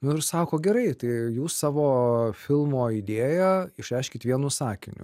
nu ir sako gerai tai jūs savo filmo idėją išreiškit vienu sakiniu